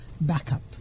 backup